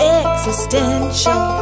existential